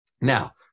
Now